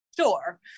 sure